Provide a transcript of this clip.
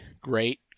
great